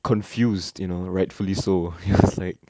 confused you know rightfully so he was like